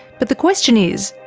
but the question is,